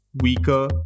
weaker